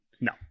No